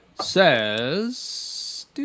says